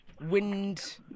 wind